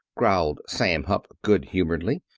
growled sam hupp, good-humoredly.